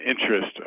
interest